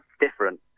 different